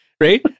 Right